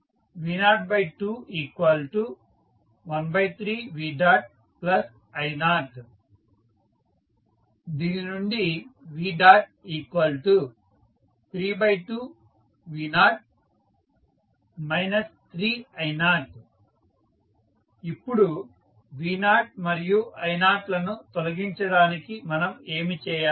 v0213vi0v32v0 3i0 ఇప్పుడు v0 మరియు i0 లను తొలగించడానికి మనం ఏమి చేయాలి